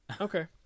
Okay